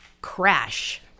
Crash